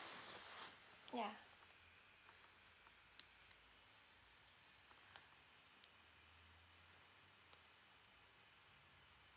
ya